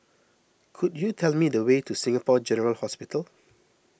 could you tell me the way to Singapore General Hospital